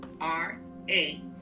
r-a